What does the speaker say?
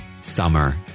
Summer